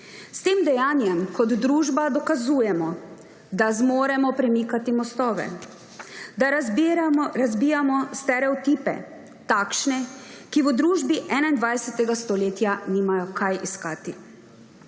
S tem dejanjem kot družba dokazujemo, da zmoremo premikati mostove, da razbijamo stereotipe, takšne, ki v družbi 21. stoletja nimajo kaj iskati.